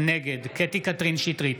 נגד קטי קטרין שטרית,